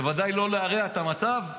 בוודאי לא להרע את המצב,